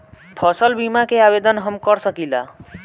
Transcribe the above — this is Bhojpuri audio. फसल बीमा के आवेदन हम कर सकिला?